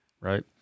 Right